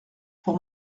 pour